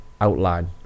outline